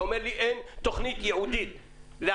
אתה אומר לי: אין תוכנית ייעודית לענף